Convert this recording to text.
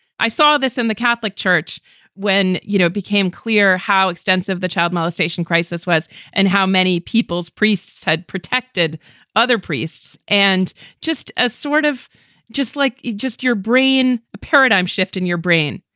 i saw this in the catholic church when you know it became clear how extensive the child molestation crisis was and how many people's priests had protected other priests. and just as sort of just like it, just your brain, a paradigm shift in your brain.